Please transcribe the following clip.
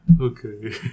okay